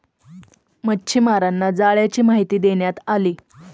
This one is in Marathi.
मच्छीमारांना जाळ्यांची माहिती देण्यात आली